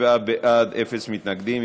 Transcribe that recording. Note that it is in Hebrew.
27 בעד, אין מתנגדים.